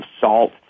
salt